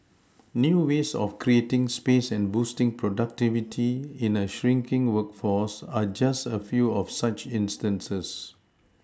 new ways of creating space and boosting productivity in a shrinking workforce are just a few of such instances